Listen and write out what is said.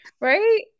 Right